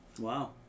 Wow